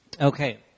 Okay